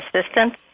assistance